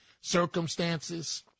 circumstances